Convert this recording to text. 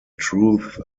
truth